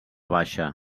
baixa